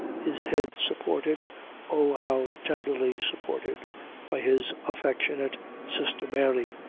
his head supported oh, how tenderly supported by his affectionate sister, mary.